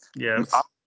Yes